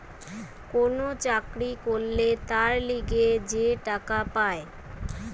কোন চাকরি করলে তার লিগে যে টাকা পায়